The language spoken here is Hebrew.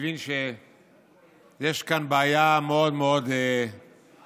מבין שיש כאן בעיה מאוד מאוד יסודית